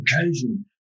occasion